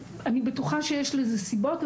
אני בטוחה שיש לזה סיבות,